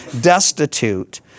destitute